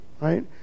Right